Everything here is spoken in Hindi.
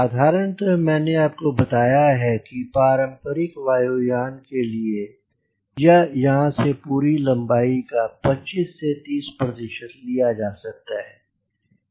साधारणतः मैंने आपको बताया है कि पारंपरिक वायु यान के लिए यह यहाँ से पूरी लम्बाई का 25 से 30 प्रतिशत लिया जा सकता है